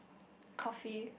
coffee